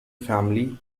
family